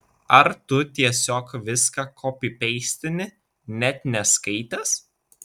ar tu tiesiog viską kopipeistini net neskaitęs